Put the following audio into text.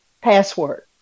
password